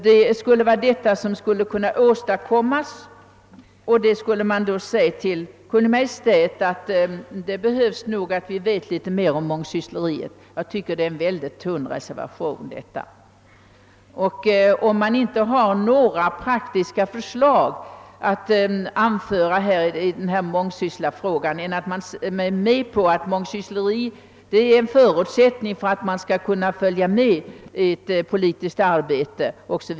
Det skulle man alltså få, om man i enlighet med reservationen skulle säga till Kungl. Maj:t, att det behövs. Det är en mycket tunn reservation. Om man inte har några praktiska förslag att framföra och man för övrigt erkänner att mångsyssleri är en förutsättning för att man skall kunna följa med i ett politiskt arbete o.s.